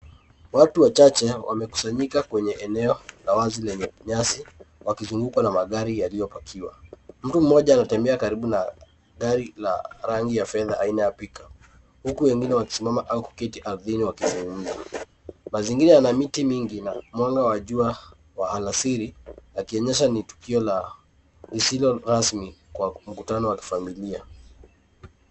Watu wachache wamekusanyika kwenye eneo la wazi lenye nyasi wakizungukwa na magari yaliyo parkiwa . Mtu mmoja anatembea gari la rangi ya fedha aina ya pick-up huku wengine wakisimama au kuketi ardhini wakizungumza. Mazingira yana miti mingi na mwanga wa jua wa alasiri ikionyesha ni tukio la rasmi wa makutano wa kifamilia.